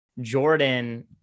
Jordan